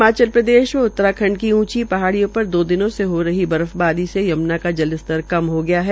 हिमाचल प्रदेश व उत्तराखंड की उंची पहाडियो पर दो दिनों से हो रही बर्फबारी से यम्ना का जल स्तर कम हो गया है